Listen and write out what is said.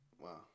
Wow